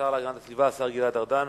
לשר להגנת הסביבה, השר גלעד ארדן.